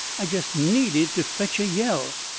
i jest needed to fetch a yell.